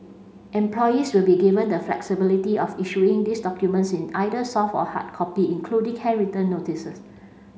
employers will be given the flexibility of issuing these documents in either soft or hard copy including handwritten notices